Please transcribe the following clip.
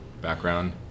background